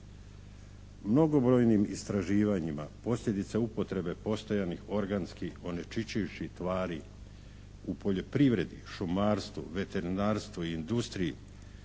Mnogobrojnim istraživanjima posljedica upotrebe postojanih organskih onečišćujućih tvari u poljoprivredi, šumarstvu, veterinarstvu i industriji